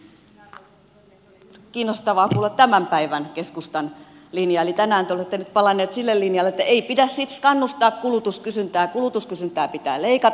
oli kiinnostavaa kuulla tämän päivän keskustan linja eli tänään te olette palanneet sille linjalle että ei pidä kannustaa kulutuskysyntää kulutuskysyntää pitää leikata